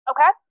Okay